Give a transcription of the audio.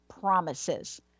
promises